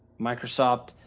microsoft,